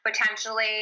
potentially